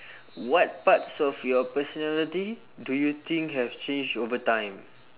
what parts of your personality do you think have changed over time